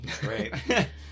great